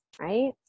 right